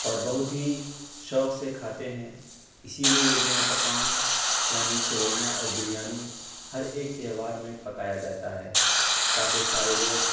اور بہت ہی شوق سے کھاتے ہیں اسی لیے یہ دونوں پکوان یعنی سویاں اور بریانی ہر ایک تہوار میں پکایا جاتا ہے تاکہ سارے لوگ